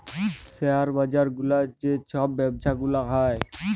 share বাজার গুলার যে ছব ব্যবছা গুলা হ্যয়